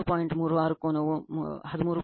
36 ಕೋನವು 13